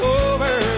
over